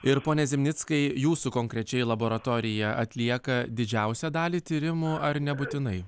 ir pone zimnickai jūsų konkrečiai laboratorija atlieka didžiausią dalį tyrimų ar nebūtinai